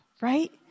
right